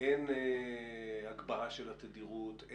אין הגברה של התדירות,